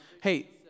Hey